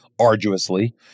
arduously